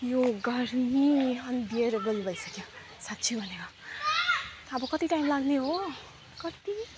यो गर्मी अनबियरेबल भइसक्यो साँच्चै भनेको अब कति टाइम लाग्ने हो कति